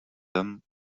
them